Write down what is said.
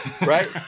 Right